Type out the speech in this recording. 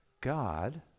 God